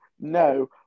no